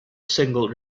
single